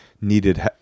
needed